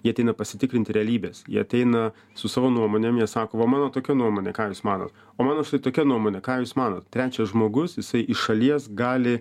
jie ateina pasitikrinti realybės jie ateina su savo nuomonėm jie sako va mano tokia nuomonė ką jūs manot o mano štai tokia nuomonė ką jūs manot trečias žmogus jisai iš šalies gali